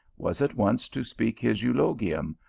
was at once to speak his eulogium,